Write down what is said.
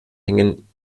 hängen